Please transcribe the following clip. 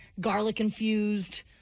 garlic-infused